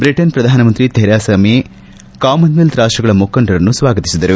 Britain ಪ್ರಧಾನಮಂತ್ರಿ Theresa May Commonwealth ರಾಷ್ಟಗಳ ಮುಖಂಡರನ್ನು ಸ್ನಾಗತಿಸಿದರು